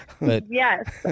Yes